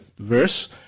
Verse